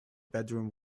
bedroom